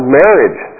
marriage